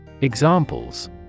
Examples